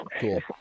Cool